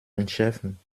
entschärfen